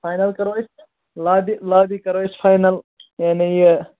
final کَرو أسۍ lobby lobby کَرو أسۍ فاینَل یعنی یہِ